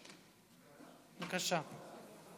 בבקשה.